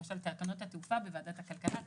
למשל תקנות התעופה בוועדת הכלכלה,